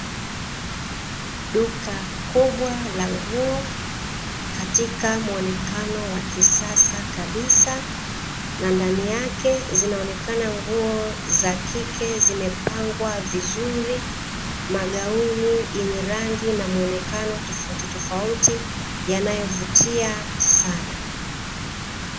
Duka kubwa la nguo katika muonekano wa kisasa kabisa na ndani yake zinaonekana nguo za kike zimepangwa vizuri, magauni yenye rangi na muonekano tofautitofauti yanayovutia sana.